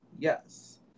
Yes